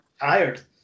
tired